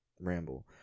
ramble